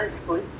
school